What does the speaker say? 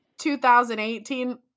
2018